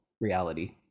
reality